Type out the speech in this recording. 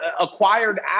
acquired